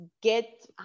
get